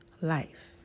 life